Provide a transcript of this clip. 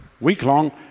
week-long